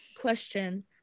Question